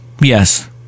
Yes